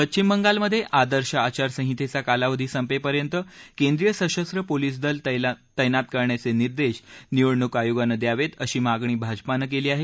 पश्चिम बंगालमधे आदर्श आचारसंहितेचा कालावधी संपेपर्यंत केंद्रीय सशस्र पोलिस दल तैनात करायचे निर्देश निवडणूक आयोगानं द्यावेत अशी मागणी भाजपानं केली आहे